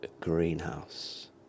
greenhouse